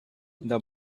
the